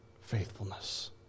faithfulness